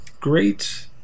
great